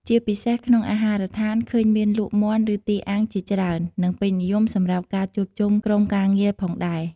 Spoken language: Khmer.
ជាពិសេស ក្នុងអាហារដ្ឋានឃើញមានលក់មាន់ឬទាអាំងជាច្រើននិងពេញនិយមសម្រាប់ការជួបជុំក្រុមការងារផងដែរ។